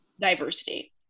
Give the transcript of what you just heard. diversity